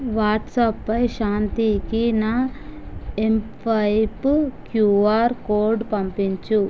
వాట్సాప్పై శాంతికి నా mSwipe QR code పంపించు